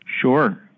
Sure